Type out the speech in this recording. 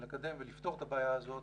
לקדם ולפתור את הבעיה הזאת